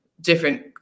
different